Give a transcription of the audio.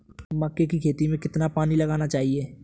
मक्के की खेती में कितना पानी लगाना चाहिए?